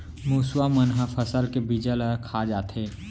मुसवा मन ह फसल के बीजा ल खा जाथे